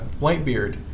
Whitebeard